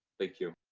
thank you.